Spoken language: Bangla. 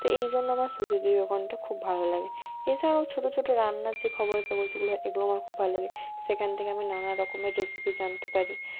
তো এই জন্য আমরা সুখী গৃহকোণটা খুব ভালো লাগে এছাড়াও ছোটো ছোটো রান্নার যে খবরের কাগজগুলো হয় এগুলো আমার খুব ভালো লাগে সেখান থেকে আমি নানা রকমের রেসিপি জানতে পারি